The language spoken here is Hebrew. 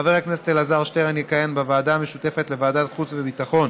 חבר הכנסת אלעזר שטרן יכהן בוועדה משותפת לוועדת החוץ והביטחון